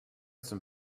some